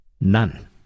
None